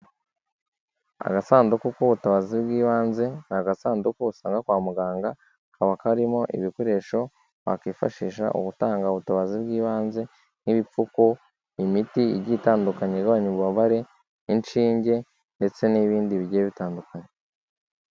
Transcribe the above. Agasanduku k'ubutabazi bw'ibanze, ni gasanduku usanga kwa muganga, kaba karimo ibikoresho, wakwifashisha uba utanga ubutabazi bw'ibanze, nk'ibipfuku, imiti igiye itandukanye igabanya ububabare, inshinge, ndetse n'ibindi bigiye bitandukanye.